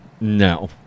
No